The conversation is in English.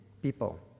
People